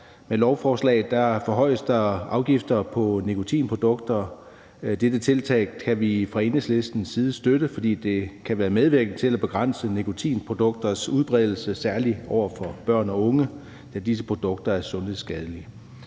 Med lovforslaget forhøjes afgifterne på nikotinprodukter. Dette tiltag kan vi fra Enhedslistens side støtte, fordi det kan være medvirkende til at begrænse nikotinprodukters udbredelse, særlig over for børn og unge, da disse produkter er sundhedsskadelige.